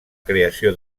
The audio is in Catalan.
creació